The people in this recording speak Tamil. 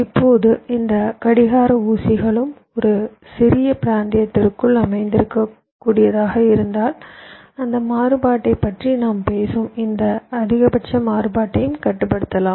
இப்போது இந்த கடிகார ஊசிகளும் ஒரு சிறிய பிராந்தியத்திற்குள் அமைந்திருக்கக் கூடியதாக இருந்தால் அந்த மாறுபாட்டைப் பற்றி நாம் பேசும் இந்த அதிகபட்ச மாறுபாட்டையும் கட்டுப்படுத்தலாம்